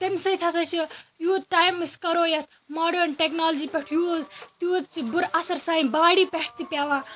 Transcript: تَمہِ سۭتۍ ہَسا چھِ یوٗت ٹایِم أسۍ کَرو یَتھ ماڈٲرٕنۍ ٹیکنالجی پٮ۪ٹھ یوٗز تیوٗت چھِ بُرٕ اَثر سانہٕ باڑی پٮ۪ٹھ تہِ پیٚوان